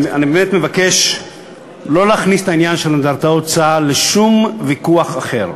אני באמת מבקש לא להכניס את העניין של אנדרטאות צה"ל לשום ויכוח אחר.